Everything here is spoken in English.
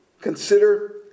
consider